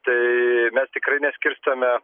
tai mes tikrai neskirstome